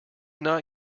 not